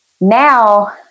Now